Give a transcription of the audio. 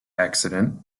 accident